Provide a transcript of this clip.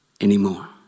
anymore